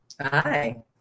Hi